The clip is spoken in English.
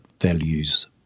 values